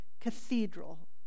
cathedral